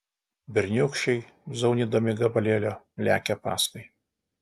berniūkščiai zaunydami gabalėlio lekia paskui